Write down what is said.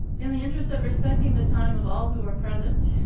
in the interest of respecting the time of all who are present,